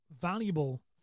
valuable